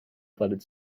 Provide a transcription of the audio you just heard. flooded